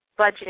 budgeting